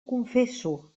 confesso